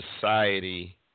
society